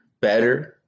better